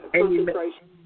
concentration